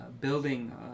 building